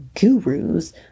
gurus